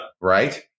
Right